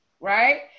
Right